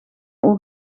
ogen